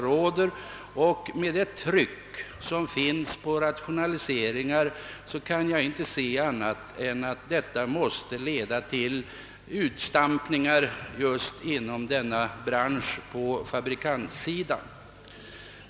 Med det tryck som för närvarande finns för att få fram rationaliseringar kan jag inte se annat än att detta måste leda till utstampningar just inom denna bransch på produktionssidan.